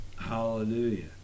Hallelujah